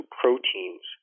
proteins